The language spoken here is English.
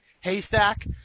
Haystack